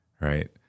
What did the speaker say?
Right